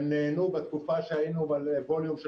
הם נהנו בתקופה שהיינו על ווליום של